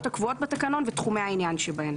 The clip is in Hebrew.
הקבועות בתקנון ואת תחומי העניין שבהן,